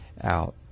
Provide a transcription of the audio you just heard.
out